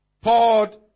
poured